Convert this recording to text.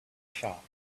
shop